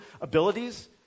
abilities